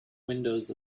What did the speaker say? windows